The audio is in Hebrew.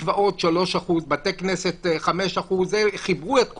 מקוואות 3%, בתי כנסת 5% - חיברו את כולם,